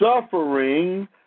Suffering